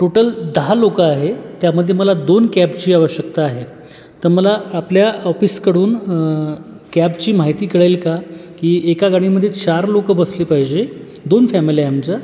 total दहा लोकं आहे त्यामध्ये मला दोन कॅबची आवश्यकता आहे तर मला आपल्या ऑफिसकडून कॅबची माहिती कळेल का की एका गाडीमध्ये चार लोकं बसली पाहिजे दोन फॅमिल्या आहे आमच्या